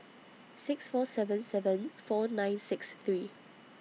six four seven seven four nine six three